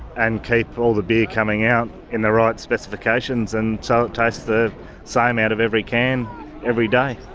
and keep all the beer coming out in the right specifications, and so it tastes the same out of every can every day.